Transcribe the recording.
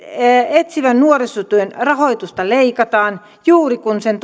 etsivän nuorisotyön rahoitusta leikataan juuri kun sen